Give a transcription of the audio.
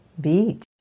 Beach